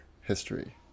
history